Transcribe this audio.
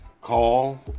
call